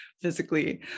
physically